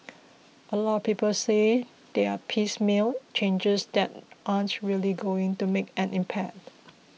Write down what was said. a lot of people say they are piecemeal changes that aren't really going to make an impact